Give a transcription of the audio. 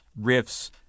riffs